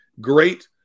great